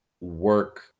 work